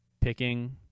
picking